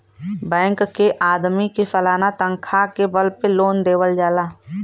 bank के आदमी के सालाना तनखा के बल पे लोन देवल जाला